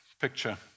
picture